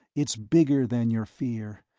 it's bigger than your fear.